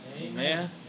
Amen